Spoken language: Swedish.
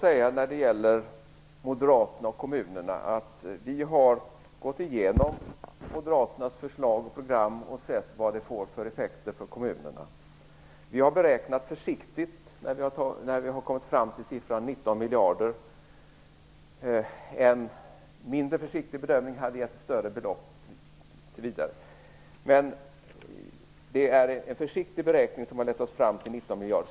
Herr talman! Vi har gått igenom Moderaternas förslag och sett vilka effekter det får för kommunerna. Vi har räknat försiktigt när vi har kommit fram till siffran 19 miljarder. En mindre försiktig bedömning hade gett ett större belopp.